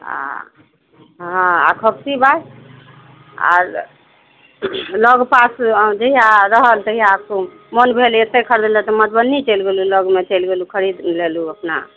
आ हँ खोखिबा आर लग पास अऽ जहिआ रहल तहिआ तऽ मन भेल एतय खरीदयलऽ तऽ मधुबनी चलि गेलू लगमऽ चलि गेलू खरीद लेलू अपना